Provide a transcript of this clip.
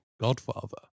Godfather